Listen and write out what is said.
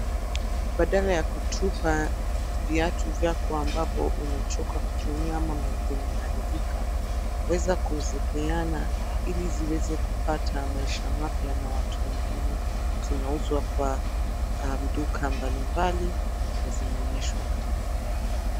Badala ya kutupa viatu vyako ambavo umechoka kutumia ama vimeharibika waeza kuzipeana ili ziweze kupata maisha mapya na watu wengine. Zinauzwa kwa duka ya mbali mbali na zinaonyeshwa kama hapa .